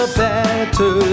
better